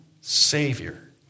Savior